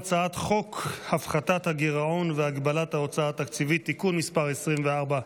הצעת חוק הפחתת הגירעון והגבלת ההוצאה התקציבית (תיקון מס' 24),